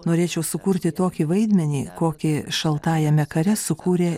norėčiau sukurti tokį vaidmenį kokį šaltajame kare sukūrė